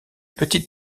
petite